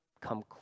come